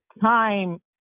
time